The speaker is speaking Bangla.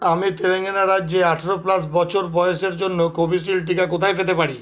আমি তেলেঙ্গানা রাজ্যে আঠেরো প্লাস বছর বয়সের জন্য কোভিশিল্ড টিকা কোথায় পেতে পারি